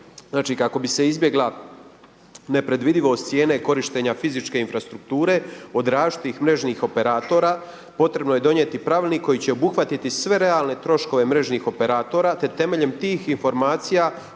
kako bi se izbjegla nepredvidivost cijene korištenja fizičke infrastrukture od različitih mrežnih operatora potrebno je donijeti Pravilnik koji će obuhvatiti sve realne troškove mrežnih operatora, te temeljem tih informacija